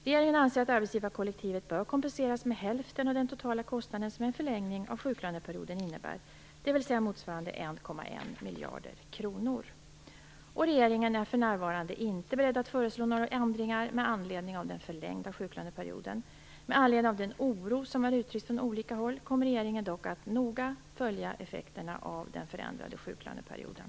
Regeringen anser att arbetsgivarkollektivet bör kompenseras med hälften av den totala kostnaden som en förlängning av sjuklöneperioden innebär, dvs. Regeringen är för närvarande inte beredd att föreslå några ändringar med anledning av den förlängda sjuklöneperioden. Med anledning av den oro som har uttryckts från olika håll kommer regeringen dock att noga följa effekterna av den förändrade sjuklöneperioden.